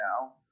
now